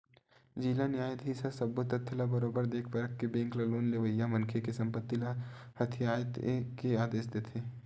जिला न्यायधीस ह सब्बो तथ्य ल बरोबर देख परख के बेंक ल लोन लेवइया मनखे के संपत्ति ल हथितेये के आदेश देथे